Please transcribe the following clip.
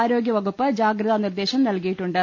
ആരോഗ്യവകുപ്പ് ജാഗ്രതാ നിർദ്ദേശം നൽകിയിട്ടുണ്ട്